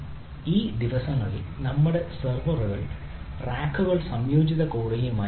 ഈ ദിവസങ്ങളിൽ നമ്മളുടെ സെർവർ റാക്കുകൾ സംയോജിത കൂളിംഗ് പവറുമായി വരുന്നു